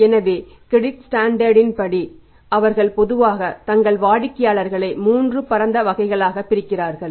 எனவே credit standard ன்படி அவர்கள் பொதுவாக தங்கள் வாடிக்கையாளர்களை மூன்று பரந்த வகைகளாகப் பிரிக்கிறார்கள்